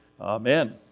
Amen